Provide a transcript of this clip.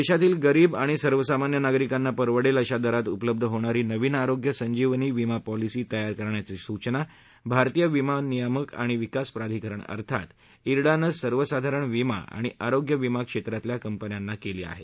देशातील गरीब आणि सर्वसामान्य नागरिकांना परवडेल अशा दरात उपलब्ध होणारी नवीन आरोग्य संजीवनी विमा पॉलिसी तयार करण्याची सूचना भारतीय विमा नियामक आणि विकास प्राधिकरण अर्थात उिडानं सर्वसाधारण विमा आणि आरोग्य विमा क्षेत्रातील कंपन्यांना केली आहे